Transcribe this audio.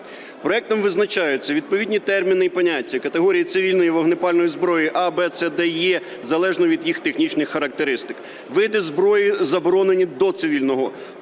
Проектом визначаються: відповідні терміни і поняття категорії цивільної вогнепальної зброї А, В, С, D, Е залежно від їх технічних характеристик; види зброї, заборонені до цивільного